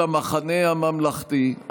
של המחנה הממלכתי.